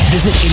Visit